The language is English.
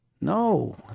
No